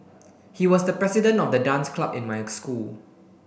he was the president of the dance club in my school